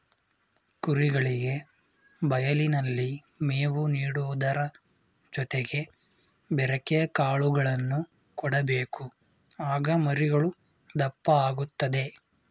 ಕುರಿಗಳಿಗೆ ಬಯಲಿನಲ್ಲಿ ಮೇವು ನೀಡುವುದರ ಜೊತೆಗೆ ಬೆರೆಕೆ ಕಾಳುಗಳನ್ನು ಕೊಡಬೇಕು ಆಗ ಮರಿಗಳು ದಪ್ಪ ಆಗುತ್ತದೆ